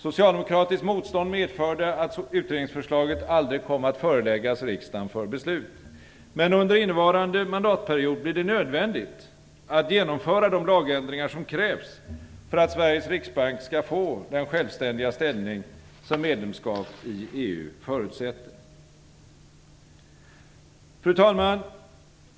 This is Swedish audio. Socialdemokratiskt motstånd medförde att utredningsförslaget aldrig kom att föreläggas riksdagen för beslut. Men under innevarande mandatperiod blir det nödvändigt att genomföra de lagändringar som krävs för att Sveriges riksbank skall få den självständiga ställning som medlemskap i EU förutsätter. Fru talman!